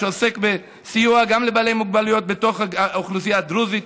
שעוסק בסיוע גם לבעלי מוגבלויות בתוך האוכלוסייה הדרוזית,